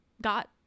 got